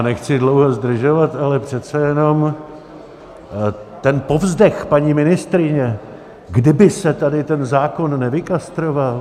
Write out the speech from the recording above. Nechci dlouho zdržovat, ale přece jenom ten povzdech paní ministryně, kdyby se tady ten zákon nevykastroval...